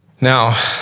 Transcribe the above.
Now